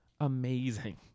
amazing